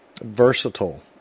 versatile